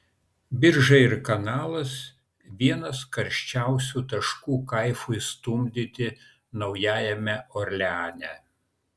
birža ir kanalas vienas karščiausių taškų kaifui stumdyti naujajame orleane